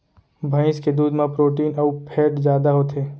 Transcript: भईंस के दूद म प्रोटीन अउ फैट जादा होथे